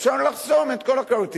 אפשר לחסום את כל הכרטיסים,